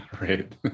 Right